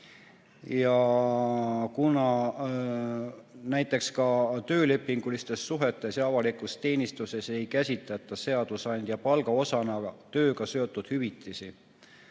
Ja näiteks ka töölepingulistes suhetes ja avalikus teenistuses ei käsitata seadusandja palga osana tööga seotud hüvitisi.